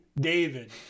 David